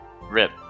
Rip